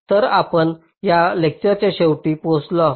तर आपण या लेक्चरच्या शेवटी पोहोचलो आहोत